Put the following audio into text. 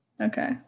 Okay